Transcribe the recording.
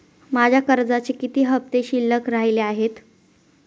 माझ्या कर्जाचे किती हफ्ते शिल्लक राहिले आहेत?